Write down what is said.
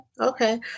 okay